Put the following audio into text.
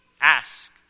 ask